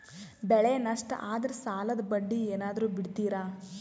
ಬೆಳೆ ನಷ್ಟ ಆದ್ರ ಸಾಲದ ಬಡ್ಡಿ ಏನಾದ್ರು ಬಿಡ್ತಿರಾ?